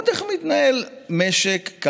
הכסף למשק,